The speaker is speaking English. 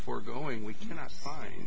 foregoing we cannot fi